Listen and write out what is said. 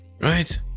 right